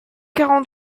cinquante